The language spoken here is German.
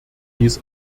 dies